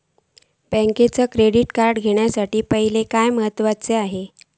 बँकेचा debit card घेउक पाहिले काय महत्वाचा असा?